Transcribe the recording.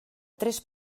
tres